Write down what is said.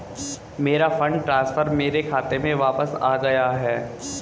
मेरा fund transfer मेरे खाते में वापस आ गया है